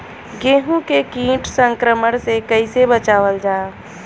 गेहूँ के कीट संक्रमण से कइसे बचावल जा?